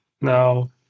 Now